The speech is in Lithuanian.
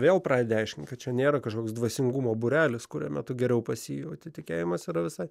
vėl pradedi aiškint kad čia nėra kažkoks dvasingumo būrelis kuriame tu geriau pasijauti tikėjimas yra visai